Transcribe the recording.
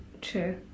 True